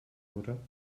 mutter